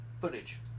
footage